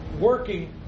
working